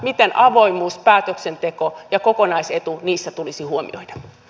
miten avoimuus päätöksenteko ja kokonaisetu niissä tulisi huomioida